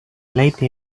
late